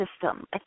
system